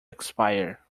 expire